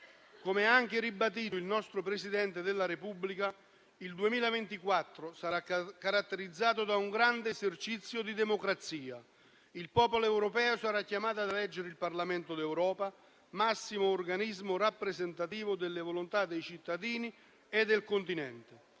Come ha anche ribadito il nostro Presidente della Repubblica, il 2024 sarà caratterizzato da un grande esercizio di democrazia: il popolo europeo sarà chiamato a eleggere il Parlamento d'Europa, massimo organismo rappresentativo delle volontà dei cittadini e del Continente.